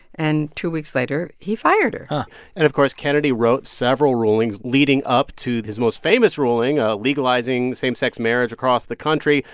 and two weeks later, he fired her and of course, kennedy wrote several rulings leading up to his most famous ruling, ah legalizing same-sex marriage across the country.